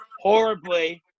horribly